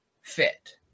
fit